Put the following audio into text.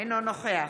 אינו נוכח